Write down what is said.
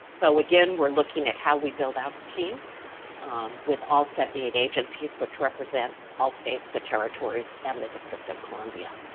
so again we're looking at how we build out a team with all seventy eight agencies which represent all states, the territories, and the district of columbia.